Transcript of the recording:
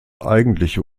eigentliche